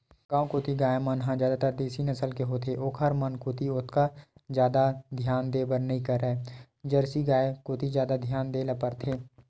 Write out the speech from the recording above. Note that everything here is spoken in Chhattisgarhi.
गांव कोती गाय मन ह जादातर देसी नसल के होथे ओखर मन कोती ओतका जादा धियान देय बर नइ परय जरसी गाय कोती जादा धियान देय ल परथे